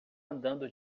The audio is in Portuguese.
andando